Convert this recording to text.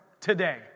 Today